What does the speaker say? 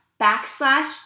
backslash